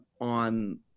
on